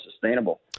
sustainable